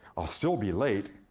i'll still be late.